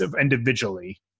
individually